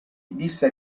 disse